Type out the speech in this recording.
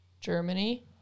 germany